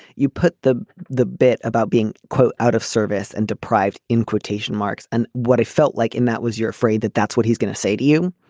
you put the the bit about being, quote, out of service and deprived in quotation marks. and what it felt like in that was you're afraid that that's what he's going to say to you,